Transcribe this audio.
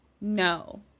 no